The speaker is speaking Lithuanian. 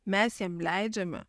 mes jam leidžiame